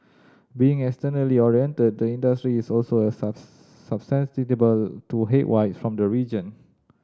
being externally oriented the industry is also a to headwinds from the region